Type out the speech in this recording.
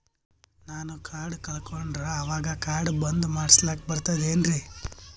ನಾನು ಕಾರ್ಡ್ ಕಳಕೊಂಡರ ಅವಾಗ ಕಾರ್ಡ್ ಬಂದ್ ಮಾಡಸ್ಲಾಕ ಬರ್ತದೇನ್ರಿ?